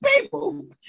people